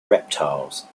reptiles